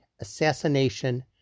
assassination